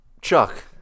Chuck